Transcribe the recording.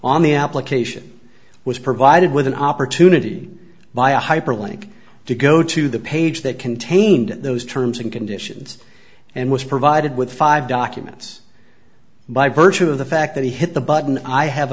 on the application was provided with an opportunity by a hyperlink to go to the page that contained those terms and conditions and was provided with five documents by virtue of the fact that he hit the button i have